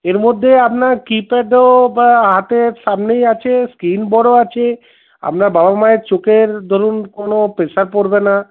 এর মধ্যে আপনার কিপ্যাডও বা হাতের সামনেই আছে স্ক্রিন বড়ো আছে আপনার বাবা মায়ের চোখের ধরুন কোনো প্রেসার পরবে না